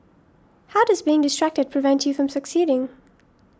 how does being distracted prevent you from succeeding